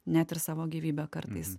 net ir savo gyvybe kartais